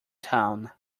town